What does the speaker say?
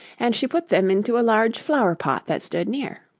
and she put them into a large flower-pot that stood near.